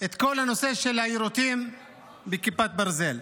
את כל הנושא של היירוטים בכיפת ברזל.